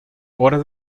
horas